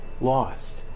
lost